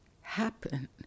happen